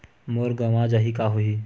मोर गंवा जाहि का होही?